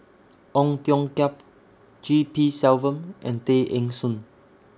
Ong Tiong Khiam G P Selvam and Tay Eng Soon